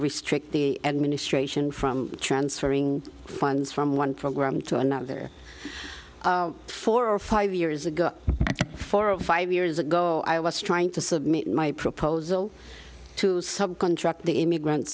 restrict the administration from transferring funds from one program to another four or five years ago four or five years ago i was trying to submit my proposal to subcontract the immigrant